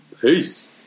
Peace